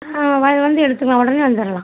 ஆ வ வந்து எடுத்துக்கலாம் உடனே வந்துரலாம்